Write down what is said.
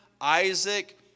Isaac